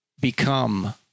become